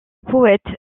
poète